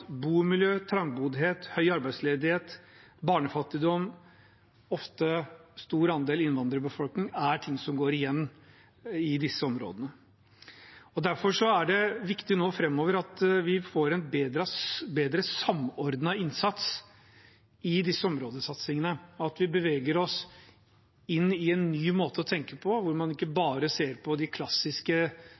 bomiljø, trangboddhet, høy arbeidsledighet, barnefattigdom – og ofte stor andel innvandrerbefolkning – er noe som går igjen i disse områdene. Derfor er det viktig at vi nå framover får en bedre samordnet innsats i disse områdesatsingene, at vi beveger oss mot en ny måte å tenke på, hvor man ikke bare ser på de klassiske